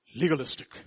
Legalistic